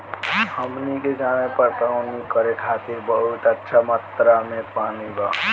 हमनी के गांवे पटवनी करे खातिर बहुत अच्छा मात्रा में पानी बा